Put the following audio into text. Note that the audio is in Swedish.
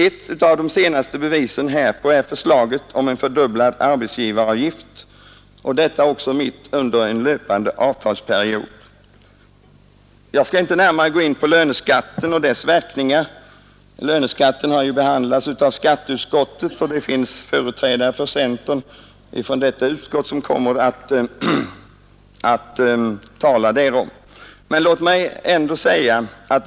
Ett av de senaste bevisen härpå är förslaget om en fördubblad arbetsgivaravgift mitt under löpande avtalsperiod. Jag skall inte gå närmare in på löneskatten och dess verkningar — den har ju behandlats av skatteutskottet, och centerns företrädare i utskottet kommer att tala därom — men låt mig ändå säga några ord om den.